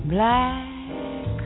Black